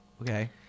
Okay